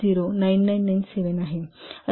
0997 आहे